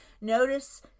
Notice